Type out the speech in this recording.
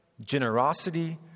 generosity